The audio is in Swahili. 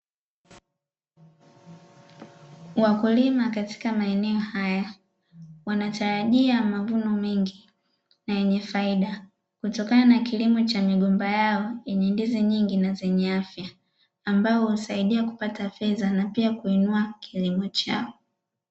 Wakulima katika maeneo haya wanatarajia mavuno mengi na yenye faida kutokana na kilimo cha migomba yao yenye ndizi nyingi na zenye afya ambayo husaidia kupata fedha na pia kuinua kilimo chao.